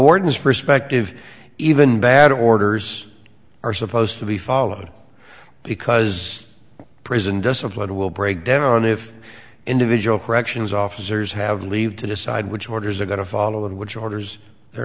warden's perspective even bad orders are supposed to be followed because prison discipline will break down if individual corrections officers have leave to decide which orders are going to follow and which orders